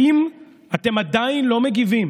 האם אתם עדיין לא מגיבים